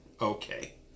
okay